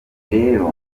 rero